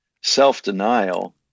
self-denial